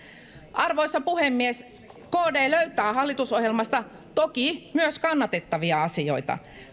arvoisa puhemies kd löytää hallitusohjelmasta toki myös kannatettavia asioita